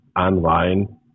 online